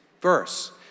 verse